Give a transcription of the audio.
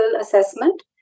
assessment